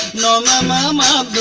la la la um